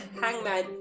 Hangman